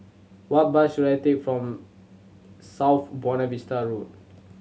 what bus should I take from South Buona Vista Road